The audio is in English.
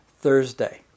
Thursday